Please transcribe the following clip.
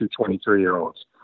23-year-olds